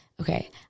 Okay